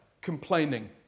complaining